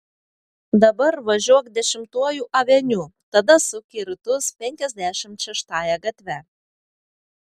dabar važiuok dešimtuoju aveniu tada suk į rytus penkiasdešimt šeštąja gatve